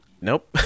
nope